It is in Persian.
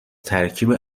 ترکیب